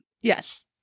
yes